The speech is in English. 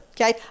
okay